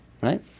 Right